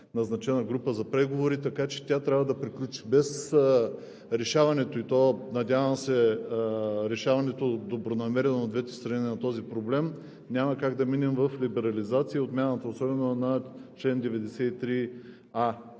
назначена група за преговори, така че тя трябва да приключи. Без решаването, и то, надявам се, добронамереното решаване и от двете страни на този проблем, няма как да минем в либерализация и особено отмяната на чл. 93а.